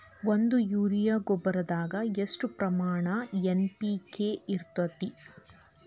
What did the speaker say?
ಒಂದು ಯೂರಿಯಾ ಗೊಬ್ಬರದಾಗ್ ಎಷ್ಟ ಪ್ರಮಾಣ ಎನ್.ಪಿ.ಕೆ ಇರತೇತಿ?